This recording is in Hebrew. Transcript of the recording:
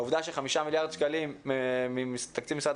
העובדה שחמישה מיליארד שקלים מתקציב משרד